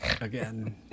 again